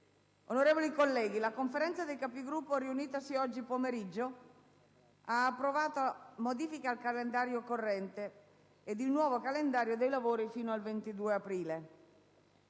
Onorevoli colleghi, la Conferenza dei Capigruppo, riunitasi oggi pomeriggio, ha approvato modifiche al calendario corrente e il nuovo calendario dei lavori fino al 22 aprile.